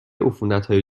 عفونتهای